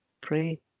pray